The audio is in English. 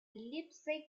leipzig